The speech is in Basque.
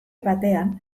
batean